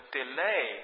delay